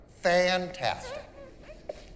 Fantastic